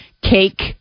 Cake